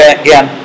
again